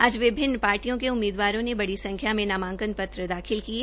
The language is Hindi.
आज विभिन्न पार्टियों के उम्मीदवारों ने बड़ी संख्या में नामांकन पत्र दाखिल किये